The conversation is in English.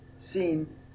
seen